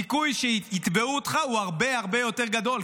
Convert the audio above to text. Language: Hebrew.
הסיכוי שיתבעו אותך הוא הרבה הרבה יותר גדול,